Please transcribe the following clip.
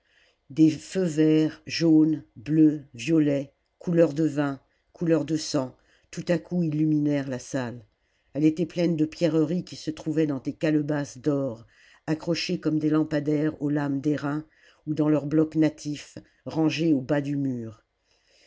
des feux verts jaunes bleus violets couleur de vin couleur de sang tout à coup illuminèrent la salle elle était pleine de pierreries qui se trouvaient dans des calebasses d'or accrochées comme des lampadaires aux lames d'airain ou dans leurs blocs natifs rangés au bas du mur